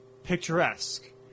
picturesque